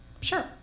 Sure